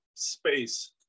space